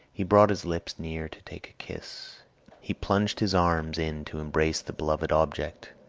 he brought his lips near to take a kiss he plunged his arms in to embrace the beloved object.